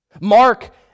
Mark